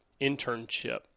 internship